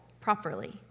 properly